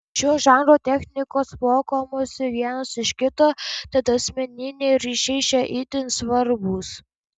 šio žanro technikos mokomasi vienas iš kito tad asmeniniai ryšiai čia itin svarbūs